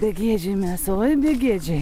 begėdžiai mes oi begėdžiai